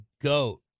GOAT